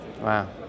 Wow